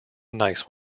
nice